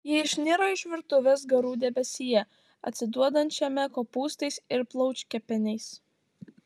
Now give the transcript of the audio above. ji išniro iš virtuvės garų debesyje atsiduodančiame kopūstais ir plaučkepeniais